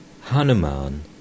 Hanuman